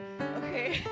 Okay